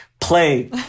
play